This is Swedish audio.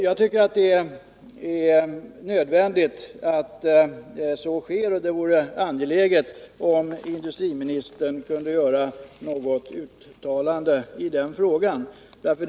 Jag tycker att det är nödvändigt att så sker, och det vore värdefullt om industriministern kunde göra något uttalande i denna sak.